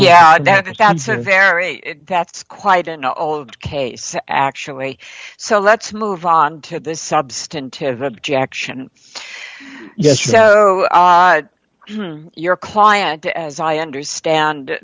very that's quite an old case actually so let's move on to the substantive objection yes so your client as i understand